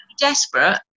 desperate